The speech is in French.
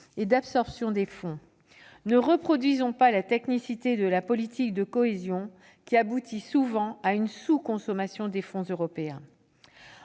et d'absorption des fonds. Ne reproduisons pas la technicité de la politique de cohésion, qui aboutit souvent à une sous-consommation des fonds européens.